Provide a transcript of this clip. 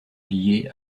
liée